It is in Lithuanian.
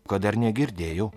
ko dar negirdėjau